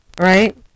Right